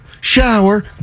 shower